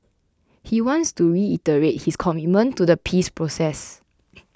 he wants to reiterate his commitment to the peace process